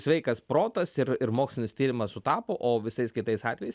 sveikas protas ir ir mokslinis tyrimas sutapo o visais kitais atvejais